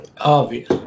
Obvious